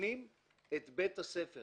שמסכנים את בית הספר.